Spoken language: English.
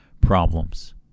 problems